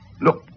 look